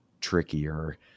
trickier